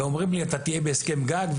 ואומרים לי: אתה תהיה בהסכם גג.